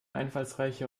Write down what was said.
einfallsreiche